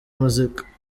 muzika